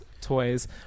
toys